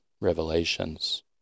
revelations